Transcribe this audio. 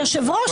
היושב ראש,